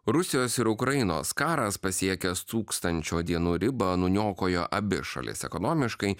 rusijos ir ukrainos karas pasiekęs tūkstančio dienų ribą nuniokojo abi šalis ekonomiškai